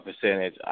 percentage